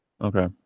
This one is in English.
Okay